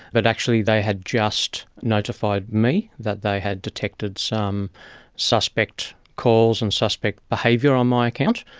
but actually they had just notified me that they had detected some suspect calls and suspect behaviour on my account,